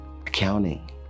Accounting